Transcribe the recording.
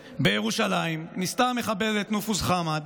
בירושלים, ניסתה המחבלת נופוז חמאד